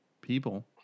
people